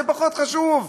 זה פחות חשוב.